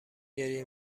گریه